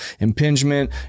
impingement